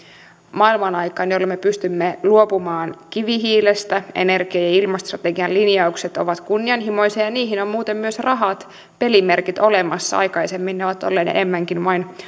maailmanaikaan jolloin me pystymme luopumaan kivihiilestä energia ja ilmastostrategian linjaukset ovat kunnianhimoisia ja niihin on muuten myös rahat pelimerkit olemassa aikaisemmin ne ovat olleet enemmänkin vain